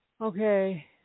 Okay